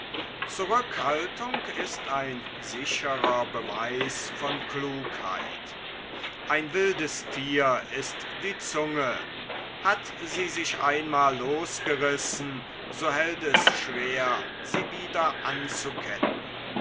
ein wildes thier ist die zunge hat sie sich ein mal losgerissen so hält es schwer sie wieder